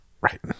Right